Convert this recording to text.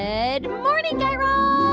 good morning, guy raz